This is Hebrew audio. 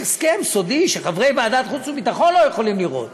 יש הסכם סודי שחברי ועדת החוץ והביטחון לא יכולים לראות,